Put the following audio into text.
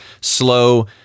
slow